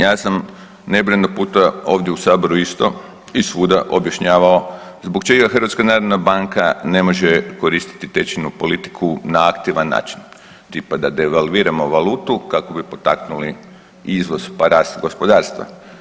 Ja sam nebrojeno puta ovdje u saboru isto i svuda objašnjavao zbog čega HNB ne može koristiti tečajnu politiku na aktivan način, tipa da devalviramo valutu kako bi potaknuli izvoz, pa rast gospodarstva.